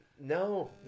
No